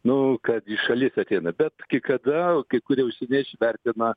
nu kad iš šalies ateina bet kai kada kai kurie užsieniečiai vertina